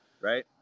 Right